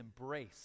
embrace